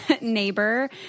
neighbor